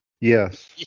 Yes